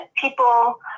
people